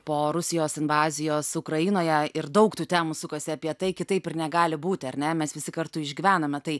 po rusijos invazijos ukrainoje ir daug tų temų sukasi apie tai kitaip ir negali būti ar ne mes visi kartu išgyvename tai